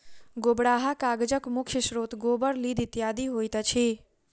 गोबराहा कागजक मुख्य स्रोत गोबर, लीद इत्यादि होइत अछि